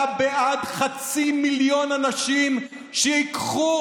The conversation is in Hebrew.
אתה בעד שחצי מיליון אנשים ייקחו